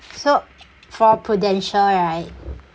so for prudential right